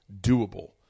doable